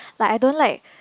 like I don't like